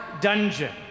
dungeon